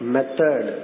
Method